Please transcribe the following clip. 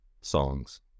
songs